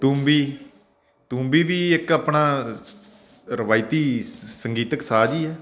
ਤੂੰਬੀ ਤੂੰਬੀ ਵੀ ਇੱਕ ਆਪਣਾ ਰਵਾਇਤੀ ਸ ਸੰਗੀਤਿਕ ਸਾਜ਼ ਹੀ ਹੈ